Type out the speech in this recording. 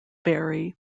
very